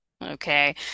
Okay